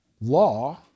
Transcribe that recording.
law